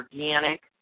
organic